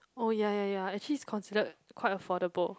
oh ya ya ya actually is considered quite affordable